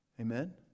Amen